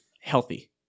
healthy